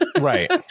Right